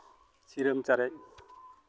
ᱥᱤᱨᱟᱹᱢ ᱪᱟᱨᱮᱡ